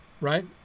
Right